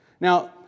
Now